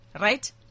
right